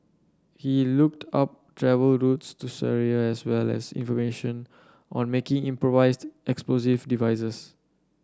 he looked up travel routes to Syria as well as information on making improvised explosive devices